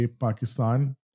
Pakistan